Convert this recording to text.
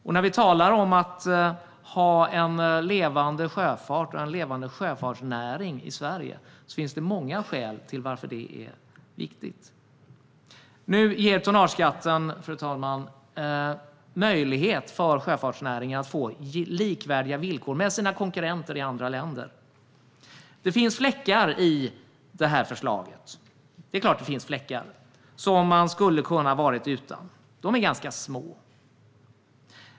Det är viktigt att ha en sjöfart och en levande sjöfartsnäring i Sverige, och det finns många skäl till det. Fru talman! Nu ger tonnageskatten möjlighet för sjöfartsnäringen att få villkor som är likvärdiga konkurrenternas i andra länder. Det finns fläckar i det här förslaget - det är klart att det finns fläckar - som är ganska små.